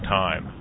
time